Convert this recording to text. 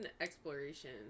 exploration